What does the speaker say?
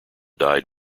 died